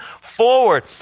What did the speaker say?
forward